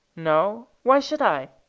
no! why should i?